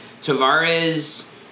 Tavares